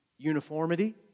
Uniformity